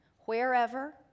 wherever